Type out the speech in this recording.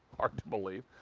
hard to believe,